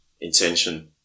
intention